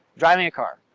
driving a car.